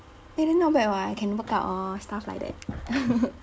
eh then not bad [what] you can work out or stuff like that